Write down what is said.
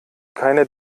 keine